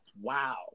wow